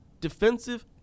defensive